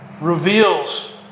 reveals